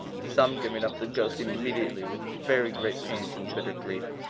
some giving up the ghost immediately with very great pains and bitter grief,